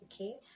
okay